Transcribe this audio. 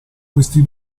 questi